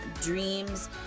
dreams